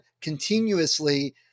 continuously